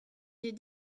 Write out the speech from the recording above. des